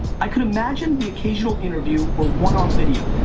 i could imagine the occasional interview or one-off video.